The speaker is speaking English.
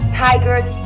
tigers